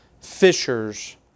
fishers